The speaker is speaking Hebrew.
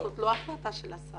לא, זו לא החלטה של השר.